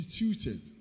instituted